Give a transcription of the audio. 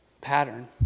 pattern